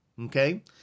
Okay